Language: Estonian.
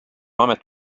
amet